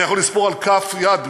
אני יכול לספור על כף יד,